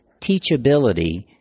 teachability